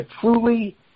truly –